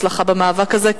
הצלחה במאבק הזה,